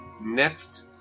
Next